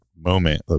moment